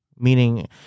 Meaning